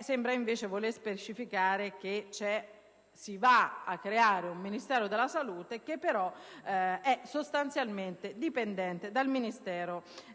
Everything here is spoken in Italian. sembra voler specificare che si va a creare un Ministero della salute che però è sostanzialmente dipendente dal Ministero dell'economia